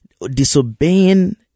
disobeying